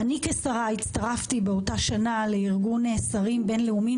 אני כשרה הצטרפתי באותה שנה לארגון שרים בין-לאומיים,